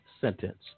sentence